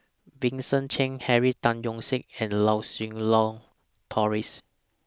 Vincent Cheng Henry Tan Yoke See and Lau Siew Lang Doris